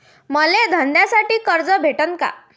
मले धंद्यासाठी कर्ज भेटन का?